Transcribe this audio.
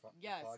yes